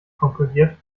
konkludiert